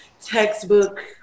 textbook